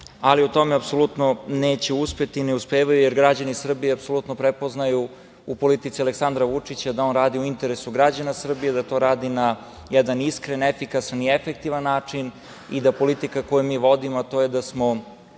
ali o tome apsolutno neće uspeti i ne uspevaju, jer građani Srbije apsolutno prepoznaju u politici Aleksandra Vučića da on radi u interesu građana Srbije, da to radi na jedan iskren, efikasan i efektivan način i da politika koju mi vodimo, a to je da smo